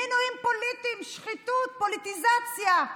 מינויים פוליטיים, שחיתות, פוליטיזציה.